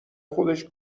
خودش